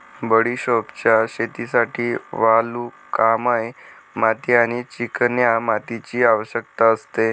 बडिशोपच्या शेतीसाठी वालुकामय माती आणि चिकन्या मातीची आवश्यकता असते